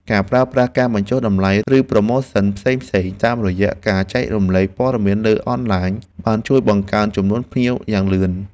ការប្រើប្រាស់ការបញ្ចុះតម្លៃ ឬប្រូម៉ូសិនផ្សេងៗតាមរយៈការចែករំលែកព័ត៌មានលើអនឡាញបានជួយបង្កើនចំនួនភ្ញៀវយ៉ាងលឿន។